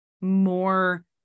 more